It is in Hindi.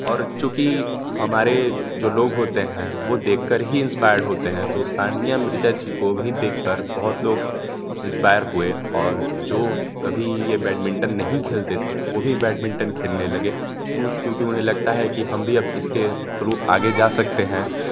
और चूँकि हमारे जो लोग होते हैं वो देख कर ही इन्सपायर्ड होते हैं तो सानिया मिर्ज़ा जी को भी देख कर बहुत लोग इंस्पायर हुए और जो कभी ये बैडमिंटन नहीं खेलते थे वो भी बैडमिंटन खेलने लगे क्यों क्योंकि उन्हें लगता है कि हम अब इसके थ्रू आगे जा सकते हैं